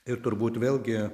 ir turbūt vėlgi